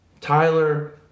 Tyler